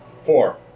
Four